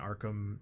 arkham